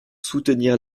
soutenir